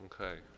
Okay